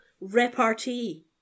repartee